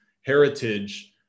heritage